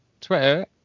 Twitter